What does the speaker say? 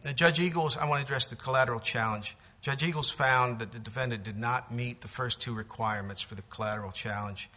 the judge eagles i want to dress the collateral challenge judge eagles found that the defendant did not meet the first two requirements for the collateral challenge